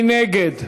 מי נגד?